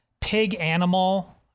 pig-animal